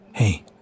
Hey